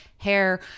Hair